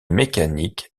mécaniques